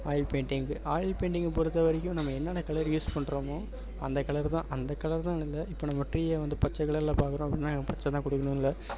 oil painting oil பெயிண்டிங்கை பொறுத்தவரைக்கும் நம்ம என்னென்ன கலர் யூஸ் பண்ணுறோமோ அந்த கலர் தான் அந்த கலர் தான்னு இல்லை இப்போ நம்ம ட்ரீயை வந்து பச்சை கலரில் பார்க்குறோம் அப்படின்னா அங்கே பச்சை தான் கொடுக்கணுன்னு இல்லை